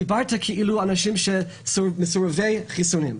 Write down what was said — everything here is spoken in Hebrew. דיברת על אנשים שהם סרבני חיסונים.